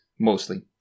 Mostly